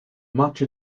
much